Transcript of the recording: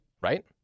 right